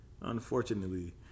unfortunately